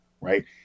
right